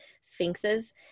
sphinxes